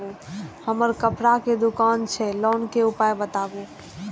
हमर कपड़ा के दुकान छै लोन के उपाय बताबू?